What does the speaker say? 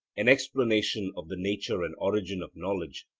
an explanation of the nature and origin of knowledge,